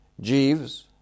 Jeeves